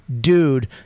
dude